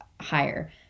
higher